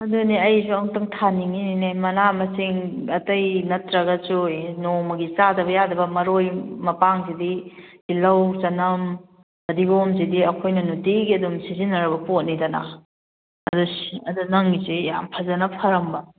ꯑꯗꯨꯅꯦ ꯑꯩꯁꯨ ꯑꯝꯇꯪ ꯊꯥꯅꯤꯡꯉꯤꯅꯤꯅꯦ ꯃꯅꯥ ꯃꯁꯤꯡ ꯑꯇꯩ ꯅꯠꯇ꯭ꯔꯒꯁꯨ ꯅꯣꯡꯃꯒꯤ ꯆꯥꯗꯕ ꯌꯥꯗꯕ ꯃꯔꯣꯏ ꯃꯄꯥꯡꯁꯤꯗꯤ ꯇꯤꯂꯧ ꯆꯅꯝ ꯐꯗꯤꯒꯣꯝꯁꯤꯗꯤ ꯑꯩꯈꯣꯏꯅ ꯅꯨꯡꯇꯤꯒꯤ ꯑꯗꯨꯝ ꯁꯤꯖꯤꯟꯅꯔꯕ ꯄꯣꯠꯅꯤꯗꯅ ꯑꯗꯨ ꯑꯗꯨ ꯅꯪꯒꯤꯁꯤ ꯌꯥꯝ ꯐꯖꯅ ꯐꯔꯝꯕ